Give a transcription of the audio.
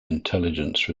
intelligence